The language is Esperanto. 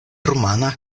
rumana